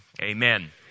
Amen